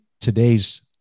today's